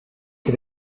que